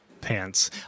pants